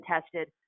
tested